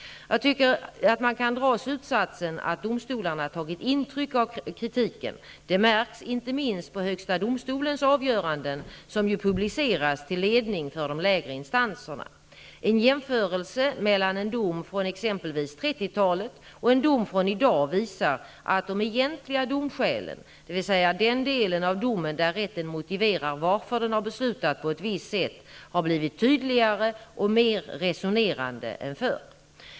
Jag tycker att man kan dra slutsatsen att domstolarna tagit intryck av kritiken. Det märks inte minst på Högsta domstolens avgöranden, som ju publiceras till ledning för de lägre instanserna. En jämförelse mellan en dom från exempelvis 1930 talet och en dom från i dag visar att de egentliga domskälen -- dvs. den del av domen där rätten motiverar varför den har beslutat på ett visst sätt -- har blivit tydligare och mer resonerande än förr.